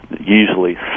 usually